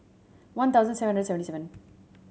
one thousand seven hundred seventy seven